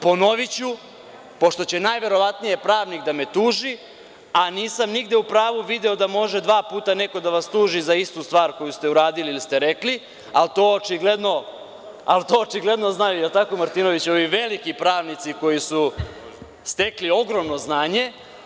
Ponoviću, pošto će najverovatnije pravnik da me tuži, a nisam nigde u pravu video da može dva puta neko da vas tuži za istu stvar koju ste uradili ili ste rekli, ali to očigledno znaju, da li je tako, Martinoviću, veliki pravnici koji su stekli ogromno znanje.